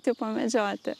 tipo medžioti